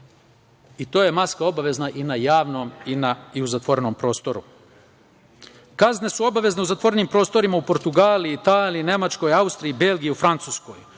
100 evra, i to i na javnom i u zatvorenom prostoru. Kazne su obavezne u zatvorenim prostorima u Portugaliji, Italiji, Nemačkoj, Austriji, Belgiji, Francuskoj.